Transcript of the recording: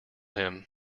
him